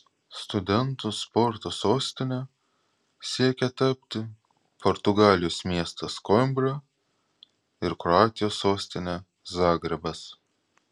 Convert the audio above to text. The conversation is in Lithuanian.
studentų sporto sostine siekia tapti portugalijos miestas koimbra ir kroatijos sostinė zagrebas